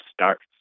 starts